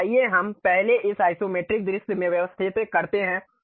तो आइए हम पहले इसे आइसोमेट्रिक दृश्य में व्यवस्थित करते हैं